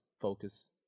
focus